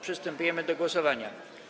Przystępujemy do głosowania.